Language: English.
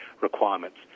requirements